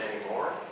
anymore